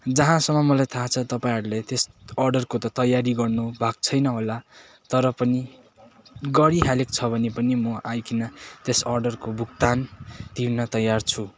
जहाँसम्म मलाई थाहा छ तपाईँहरूले त्यस अर्डरको त तयारी गर्नु भएको छैन होला तर पनि गरिहालेको छ भने पनि म आइकन त्यस अर्डरको भुक्तान तिर्न तयार छु